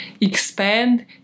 expand